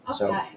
Okay